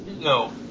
No